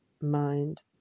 mind